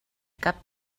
cap